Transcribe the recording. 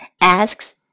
asks